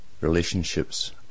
relationships